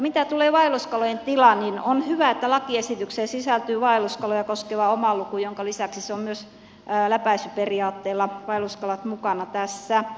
mitä tulee vaelluskalojen tilaan niin on hyvä että lakiesitykseen sisältyy vaelluskaloja koskeva oma luku minkä lisäksi on myös läpäisyperiaatteella vaelluskalat mukana tässä